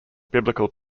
biblical